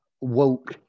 woke